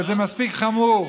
וזה מספיק חמור.